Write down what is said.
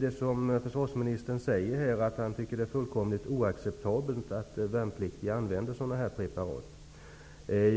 det som försvarsministern sade är mycket positivt, nämligen att det är fullkomligt oacceptabelt att värnpliktiga använder den här typen av preparat.